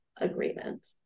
agreement